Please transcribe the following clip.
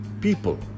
people